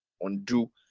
undo